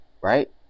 right